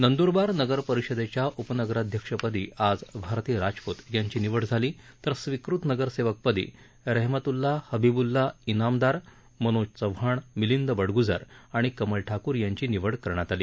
नंद्रबार नगरपरिषदेच्या उपनगराध्यक्षपदी आज भारती राजप्त यांची निवड झाली तर स्विकृत नगरसेवक पदी रेहमतउल्ला हबीबउल्ला इनामदार मनोज चव्हाण मिंलीद बडग्जर आणि कमल ठाक्र यांची निवड करण्यात आली